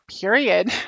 period